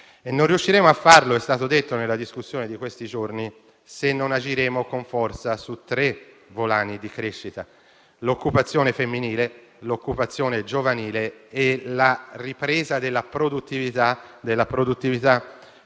Non riusciremo a farlo, com'è stato detto nel dibattito di questi giorni, se non agiremo con forza su tre volani di crescita: l'occupazione femminile, quella giovanile e la ripresa della produttività